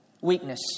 Weakness